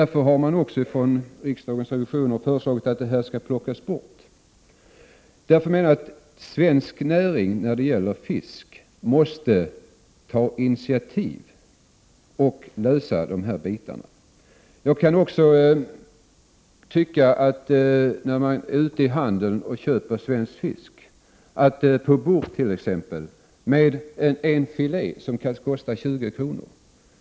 Därför har också riksdagens revisorer föreslagit att den möjligheten skall plockas bort. Svensk fisknäring måste ta initiativ och lösa de här frågorna. När man är ute i handeln och köper t.ex. fisk på burk kan en filé kosta 20 kr.